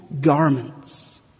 garments